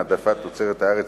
העדפת תוצרת הארץ),